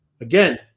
Again